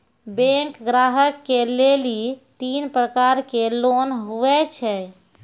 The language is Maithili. बैंक ग्राहक के लेली तीन प्रकर के लोन हुए छै?